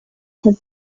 have